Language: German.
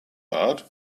bart